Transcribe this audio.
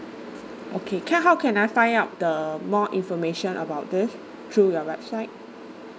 okay can how can I find out the more information about this through your website